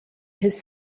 his